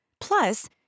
Plus